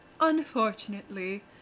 Unfortunately